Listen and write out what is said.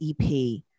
EP